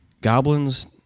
Goblins